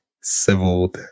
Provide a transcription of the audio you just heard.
civil